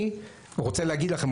אני רוצה להגיד לכם,